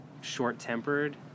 short-tempered